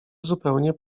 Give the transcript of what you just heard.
zupełnie